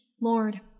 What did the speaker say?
Lord